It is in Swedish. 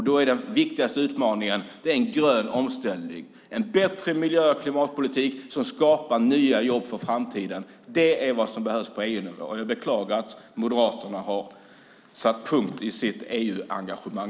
Då är den viktigaste utmaningen en grön omställning, en bättre miljö och klimatpolitik som skapar nya jobb för framtiden. Det är vad som behövs på EU-nivå. Jag beklagar att Moderaterna numera satt punkt för sitt EU-engagemang.